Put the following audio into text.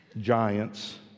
giants